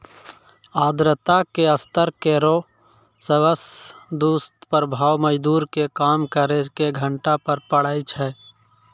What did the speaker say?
आर्द्रता के स्तर केरो सबसॅ दुस्प्रभाव मजदूर के काम करे के घंटा पर पड़ै छै